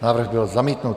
Návrh byl zamítnut.